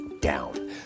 down